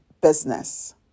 business